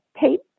tape